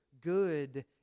good